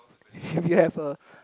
if you have a